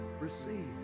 Receive